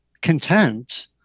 content